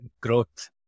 growth